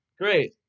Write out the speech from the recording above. Great